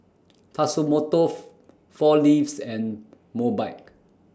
Tatsumoto four Leaves and Mobike